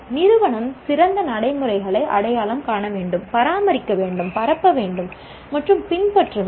நிறுவனம் சிறந்த நடைமுறைகளை அடையாளம் காண வேண்டும் பராமரிக்க வேண்டும் பரப்ப வேண்டும் மற்றும் பின்பற்ற வேண்டும்